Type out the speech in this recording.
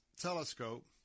telescope